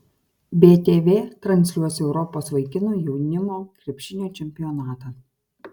btv transliuos europos vaikinų jaunimo krepšinio čempionatą